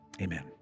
amen